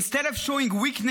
Instead of showing weakness,